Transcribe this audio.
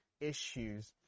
issues